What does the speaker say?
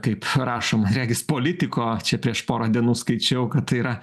kaip rašom regis politiko čia prieš porą dienų skaičiau kad tai yra